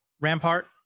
Rampart